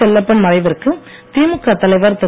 செல்லப்பன் மறைவிற்கு திமுக தலைவர் திரு